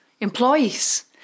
employees